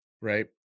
right